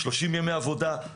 30 ימי עבודה,